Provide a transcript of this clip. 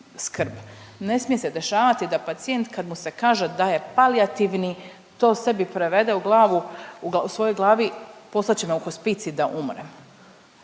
ne smije se dešavati da pacijent kad mu se kaže da je palijativni to sebi prevede u glavi u svojoj glavi poslat će me u hospicij da umrem,